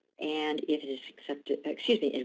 and it is accepted excuse me,